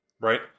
right